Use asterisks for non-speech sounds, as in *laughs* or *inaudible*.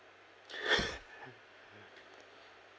*laughs*